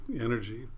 energy